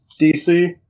DC